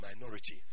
minority